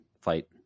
fight